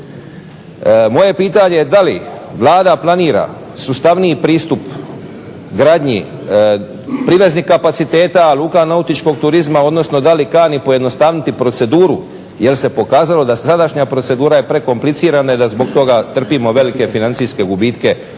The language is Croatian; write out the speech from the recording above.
je pitanje da li Vlada planira sustavniji pristup gradnji priveznih kapaciteta, luka nautičkog turizma, odnosno da li kani pojednostavniti proceduru jer se pokazalo da sadašnja procedura je prekomplicirana i da zbog toga trpimo velike financijske gubitke,